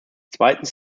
zweitens